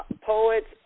poets